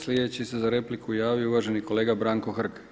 Sljedeći se za repliku javio uvaženi kolega Branko Hrg.